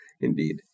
Indeed